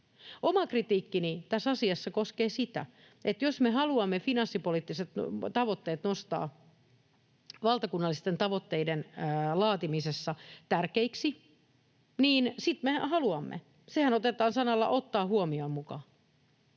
Oma kritiikkini tässä asiassa koskee sitä, että jos me haluamme finanssipoliittiset tavoitteet nostaa valtakunnallisten tavoitteiden laatimisessa tärkeiksi, niin sitten me haluamme ja sehän otetaan mukaan sanoilla ”ottaa huomioon”, mutta